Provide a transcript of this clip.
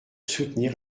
soutenir